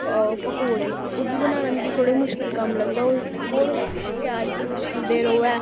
प पकौड़े ओह् बी बनाना मिगी थोह्ड़े मुश्कल कम्म ऐ लगदा ऐ कौन प्याज प्यूज छिलदे र'वै